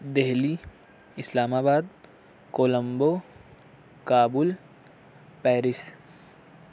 Delhi Islamabad Colombo Kabul Paris